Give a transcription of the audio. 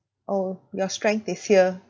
oh your strength is here